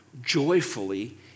joyfully